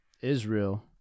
Israel